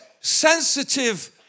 sensitive